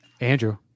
Andrew